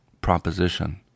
proposition